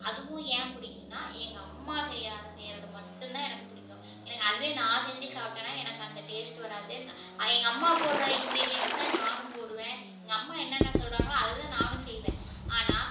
அதுவும் ஏன் பிடிக்குன்னா எங்கள் அம்மா செய்ய செய்கிறது மட்டும்தான் எனக்கு பிடிக்கும் எனக்கு அதுவே நான் செஞ்சு சாப்பிட்டேன்னா எனக்கு அந்த டேஸ்ட் வராது ஆனால் எங்கள் போடுற இன்க்ரீடியண்ட்ஸ் தான் நானும் போடுவேன் எங்கள் அம்மா என்னென்ன சொல்கிறாங்களோ அதுதான் நானும் செய்வேன் ஆனால்